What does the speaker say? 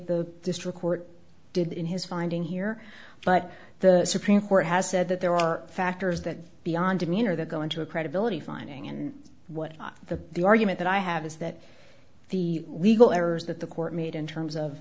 the district court did in his finding here but the supreme court has said that there are factors that are beyond demeanor that go into a credibility finding and what the the argument that i have is that the legal errors that the court made in terms of